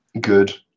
Good